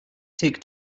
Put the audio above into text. take